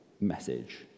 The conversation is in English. message